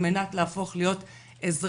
על מנת להפוך להיות אזרח